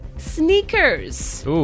Sneakers